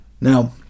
Now